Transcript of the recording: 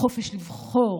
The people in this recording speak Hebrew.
החופש לבחור.